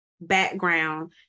background